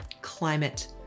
climate